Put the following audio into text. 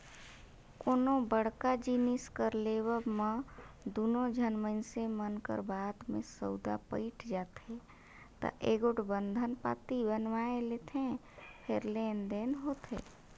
कोनो बड़का जिनिस कर लेवब म दूनो झन मइनसे मन कर बात में सउदा पइट जाथे ता एगोट बंधन पाती बनवाए लेथें फेर लेन देन होथे